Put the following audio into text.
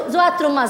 זו התרומה,